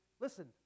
listen